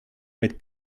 mit